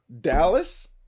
dallas